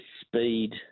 speed